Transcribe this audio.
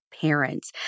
parents